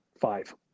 five